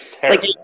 terrible